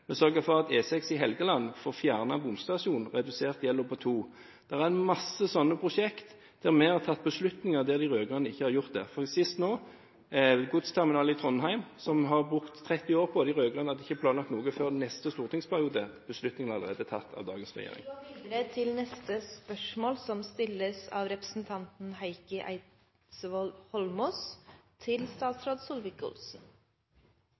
for at E6 i Helgeland får fjernet en bomstasjon og får redusert gjelden på to. Det er en masse sånne prosjekter der vi har tatt beslutninger, og der de rød-grønne ikke har gjort det – sist nå godsterminalen i Trondheim, som en har brukt 30 år på. De rød-grønne hadde ikke planlagt noe for neste stortingsperiode. Beslutning er allerede tatt av dagens regjering. Dette spørsmålet, fra Bård Vegar Solhjell til samferdselsministeren, vil bli tatt opp av representanten Heikki Eidsvoll Holmås.